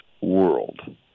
world